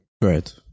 Right